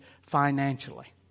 financially